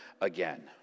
again